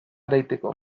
ereiteko